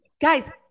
Guys